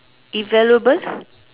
invaluable